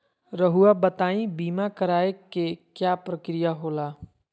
रहुआ बताइं बीमा कराए के क्या प्रक्रिया होला?